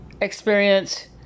experience